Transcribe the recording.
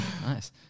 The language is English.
Nice